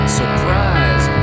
surprise